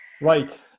Right